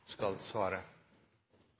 skal